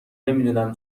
نمیدونم